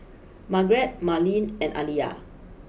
Margrett Marlene and Aliyah